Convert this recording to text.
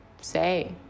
say